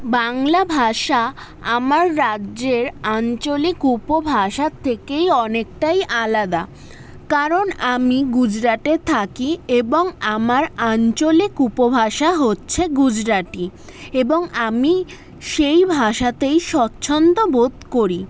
বাংলা ভাষা আমার রাজ্যের আঞ্চলিক উপভাষার থেকে অনেকটাই আলাদা কারণ আমি গুজরাটে থাকি এবং আমার আঞ্চলিক উপভাষা হচ্ছে গুজরাটি এবং আমি সেই ভাষাতেই স্বচ্ছন্দ বোধ করি